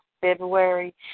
February